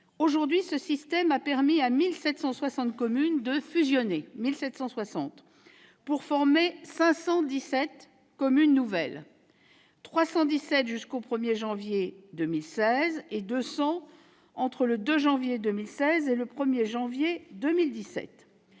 communes. Ce système a permis à 1 760 communes de fusionner pour former 517 communes nouvelles- 317 jusqu'au 1 janvier 2016, et 200 entre le 2 janvier 2016 et le 1 janvier 2017